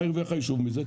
מה הרוויח היישוב מזה?